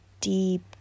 deep